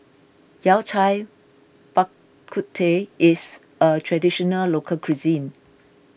Yao Cai Bak Kut Teh is a Traditional Local Cuisine